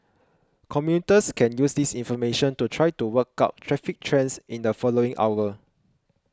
commuters can use this information to try to work out traffic trends in the following hour